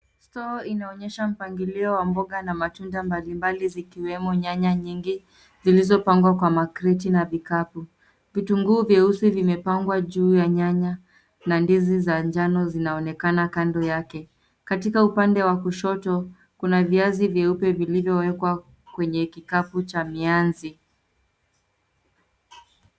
Stoo inaonyesha mpangilio wa mboga na matunda mbalimbali zikiwemo nyanya nyingi zilizopangwa kwa makreti na vikapu. Vitunguu vyesi vimepangwa juu ya nyanya na ndizi za njano zinaonekana kando yake. Katika upande wa kushoto kuna viazi vyeupe vilivyowekwa kwenye kikapu cha mianzi.